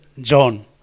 John